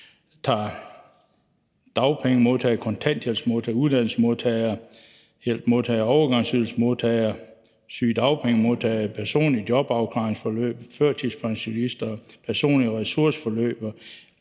dagpengemodtagere, kontanthjælpsmodtagere, uddannelseshjælpsmodtagere, overgangsydelsesmodtagere, sygedagpengemodtagere, personer i jobafklaringsforløb, førtidspensionister, personer i ressourceforløb